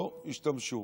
ולא השתמשו.